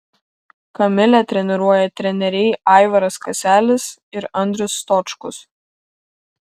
kamilę treniruoja treneriai aivaras kaselis ir andrius stočkus